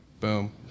boom